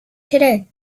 today